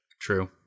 True